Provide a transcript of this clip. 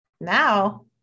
Now